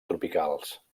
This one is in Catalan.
tropicals